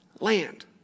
land